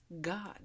God